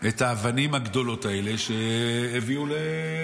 את האבנים הגדולות האלה שהביאו לבית המקדש.